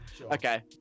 okay